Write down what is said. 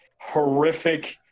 horrific